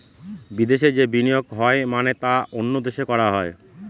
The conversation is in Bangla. বিদেশে যে বিনিয়োগ হয় মানে তা অন্য দেশে করা হয়